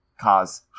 cause